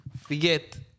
Forget